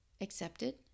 Accepted